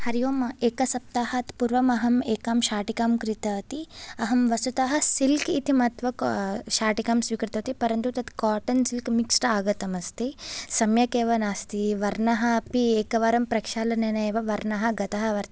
हरिओम् एकसप्ताहात् पूर्वम् अहम् एकां शाटिकां क्रीतवती अहं वस्तुतः सिल्क् इति मत्वा का शाटिकां स्वीकृतवती परन्तु तत् काटन् सिल्क् मिक्स्ड् आगतम् अस्ति सम्यक् एव नास्ति वर्णः अपि एकवारं प्रक्षालनेन एव वर्णः गतः वर्तते